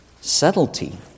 subtlety